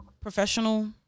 professional